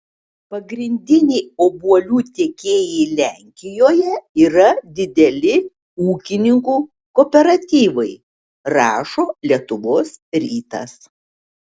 pagrindiniai obuolių tiekėjai lenkijoje yra dideli ūkininkų kooperatyvai rašo lietuvos rytas